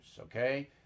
okay